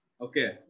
okay